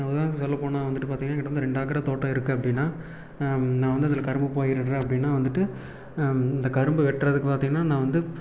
உதாரணத்துக்கு சொல்லப் போனால் வந்துவிட்டு பார்த்திங்கன்னா எங்கிட்ட வந்து ரெண்டேக்கராக தோட்டம் இருக்கு அப்படினா நான் வந்து அதில் கரும்பு பயிரிடுறேன் அப்படினா வந்துவிட்டு இந்த கரும்பு வெட்டுறதுக்கு பார்த்திங்கன்னா நான் வந்து